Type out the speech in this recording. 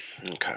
Okay